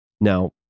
Now